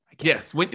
Yes